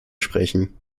sprechen